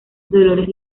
dolores